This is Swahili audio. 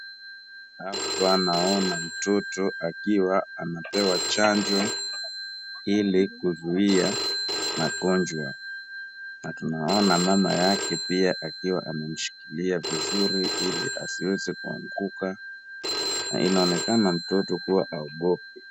Hapa naona mtoto akiwa anapewa chanjo ili kuzuia magonjwa na tunaona mama yake pia akiwa amemshikilia vizuri ili asiweze kuanguka na inaonekana mtoto kuwa haogopi